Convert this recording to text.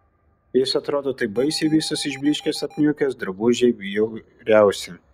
jis atrodo taip baisiai visas išblyškęs apniukęs drabužiai bjauriausi